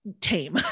tame